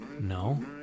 No